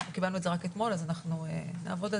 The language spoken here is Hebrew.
קיבלנו את זה רק אתמול אז אנחנו נעבוד על